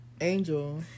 Angel